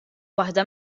waħda